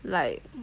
like